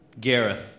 Gareth